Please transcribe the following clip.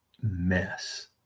mess